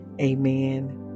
amen